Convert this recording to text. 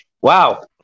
Wow